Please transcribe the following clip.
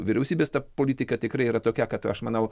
vyriausybės ta politika tikrai yra tokia kad aš manau